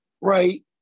right